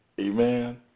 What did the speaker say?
Amen